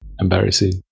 embarrassing